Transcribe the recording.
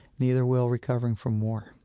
neither will recovering from war